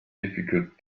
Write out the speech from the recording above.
difficult